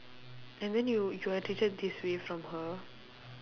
and then you you are treated this way from her